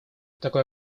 такое